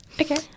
Okay